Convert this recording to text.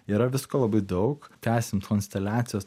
yra visko labai daug tęsiant konsteliacijos